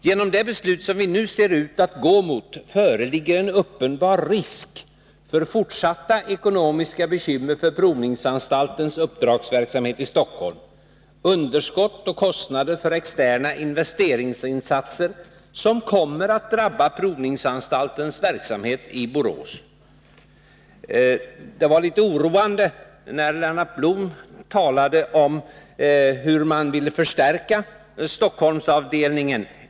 Genom det beslut som vi nu ser ut att gå mot föreligger en uppenbar risk för fortsatta ekonomiska bekymmer för provningsanstaltens uppdragsverksamhet i Stockholm. Underskott och kostnader för externa investeringsinsatser kommer att drabba provningsanstaltens verksamhet i Borås. Det var litet oroande när Lennart Blom talade om hur man vill förstärka Stockholmsavdelningen.